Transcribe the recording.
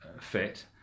fit